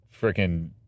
freaking